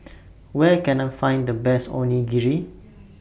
Where Can I Find The Best Onigiri